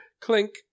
Clink